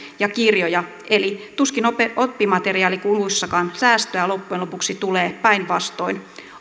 ja kirjoja eli tuskin oppimateriaalikuluissakaan säästöä loppujen lopuksi tulee päinvastoin